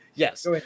Yes